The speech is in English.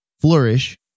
flourish